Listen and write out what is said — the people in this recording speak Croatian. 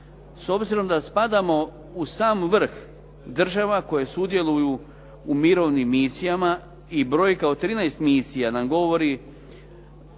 s obzirom da spadamo u sam vrh država koje sudjeluju u mirovnim misijama i brojka od 13 misija nam govori